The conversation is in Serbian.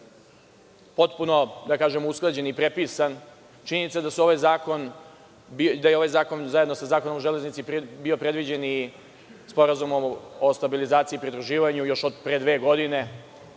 potpuno usklađen i prepisan. Činjenica je da je ovaj zakon, zajedno sa Zakonom o železnici, bio predviđen i Sporazumom o stabilizaciji i pridruživanju još od pre dve godine.